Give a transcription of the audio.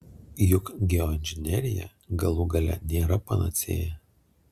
juk geoinžinerija galų gale nėra panacėja